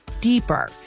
deeper